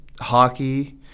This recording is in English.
hockey